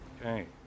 Okay